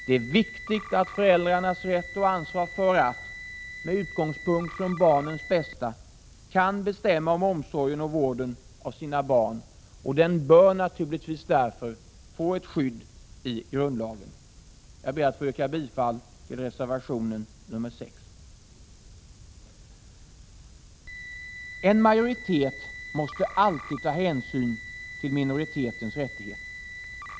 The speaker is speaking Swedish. Det är därför viktigt att föräldrarnas rätt och ansvar för att, med utgångspunkt i barnens bästa, kunna bestämma om omsorgen om och vården av sina barn grundlagsskyddas. Jag yrkar bifall till reservation nr 6. En majoritet måste alltid ta hänsyn till minoritetens rättigheter.